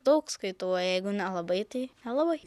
daug skaitau o jeigu nelabai tai nelabai